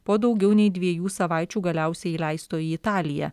po daugiau nei dviejų savaičių galiausiai įleisto į italiją